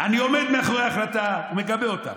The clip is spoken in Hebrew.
אני עומד מאחורי ההחלטה ומגבה אותה.